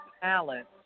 talent